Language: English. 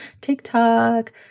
TikTok